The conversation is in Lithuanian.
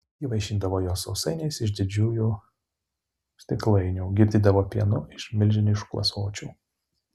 ji vaišindavo juos sausainiais iš didžiulių stiklainių girdydavo pienu iš milžiniškų ąsočių